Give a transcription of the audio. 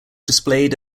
displayed